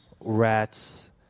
rats